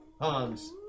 Hans